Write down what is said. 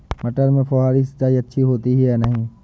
मटर में फुहरी सिंचाई अच्छी होती है या नहीं?